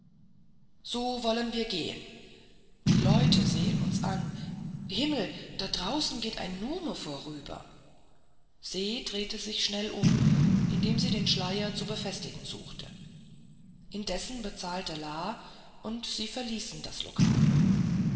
so wollen wir gehen die leute sehen uns zu himmel da draußen geht ein nume vorüber se drehte sich schnell um indem sie den schleier zu befestigen suchte indessen bezahlte la und sie verließen das lokal